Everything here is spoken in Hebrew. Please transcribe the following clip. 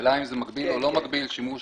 השאלה אם זה מגביל או לא מגביל שימוש